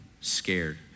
scared